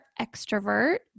extrovert